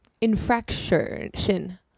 Infraction